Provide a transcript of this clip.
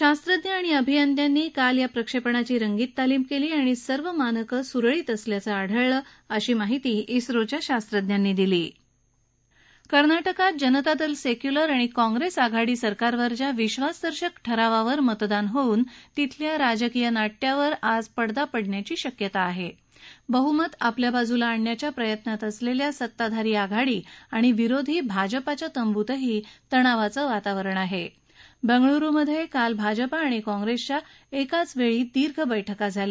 शास्त्रज्ञ आणि अभियंत्यांनी काल या प्रक्षप्पिाची रंगीत तालीम क्ली आणि सर्व मानकं सुरळीत असल्याचं आढळलं अशी माहिती इस्रोच्या शास्त्रज्ञांनी दिली कर्नाटकात जनतादल संख्खिलर आणि काँग्रस्त आघाडी सरकारवरच्या विश्वासदर्शक ठरावावर मतदान होऊन राजकीय नाट्यावर आज पडदा पडण्याची शक्यता आहा ब्रहमत आपल्या बाजूला आणण्याच्या प्रयत्नात असलल्खा सत्ताधारी आघाडी आणि विरोधी भाजपाच्या तंबूतही तणावाचं वातावरण आह प्रंगळूरु मधक्रिाल भाजपा आणि काँप्रस्तिया एकाचवळी दीर्घ बैठका झाल्या